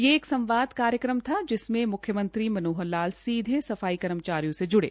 ये एक संवाद कार्यक्रम था जिसमें मुख्यमंत्री मनोहर लाल सीधे सफाई कर्मचारियों से जुड़े